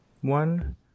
one